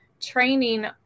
training